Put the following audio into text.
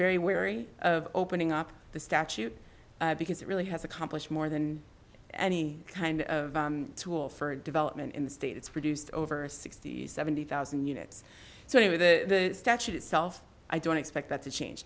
very wary of opening up the statute because it really has accomplished more than any kind of tool for development in the states produced over sixty seventy thousand units so anyway the statute itself i don't expect that to change